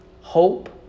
hope